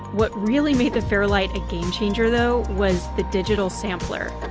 what really made the fairlight a game-changer, though, was the digital sampler.